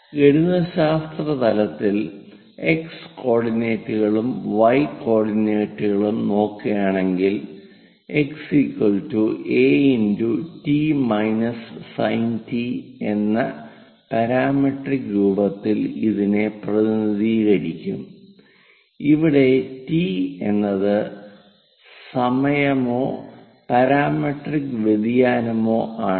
ഗണിതശാസ്ത്ര തലത്തിൽ x കോർഡിനേറ്റുകളും y കോർഡിനേറ്റുകളും നോക്കുകയാണെങ്കിൽ x a എന്ന പാരാമെട്രിക് രൂപത്തിൽ ഇതിനെ പ്രതിനിധീകരിക്കും ഇവിടെ t എന്നത് സമയമോ പാരാമെട്രിക് വ്യതിയാനമോ ആണ്